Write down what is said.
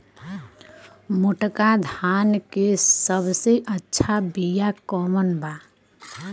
मोटका धान के सबसे अच्छा बिया कवन बा?